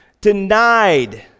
denied